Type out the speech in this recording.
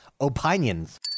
Opinions